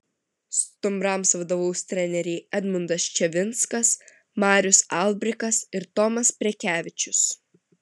stumbrams vadovaus treneriai edmundas ščiavinskas marius albrikas ir tomas prekevičius